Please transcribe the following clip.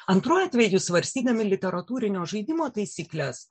antruoju atveju svarstydami literatūrinio žaidimo taisykles